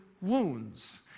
wounds